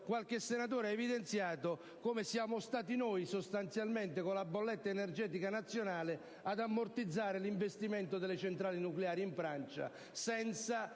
qualche senatore ha evidenziato come siamo stati sostanzialmente noi, con la bolletta energetica nazionale, ad ammortizzare l'investimento delle centrali nucleari in Francia senza